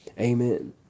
Amen